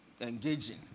engaging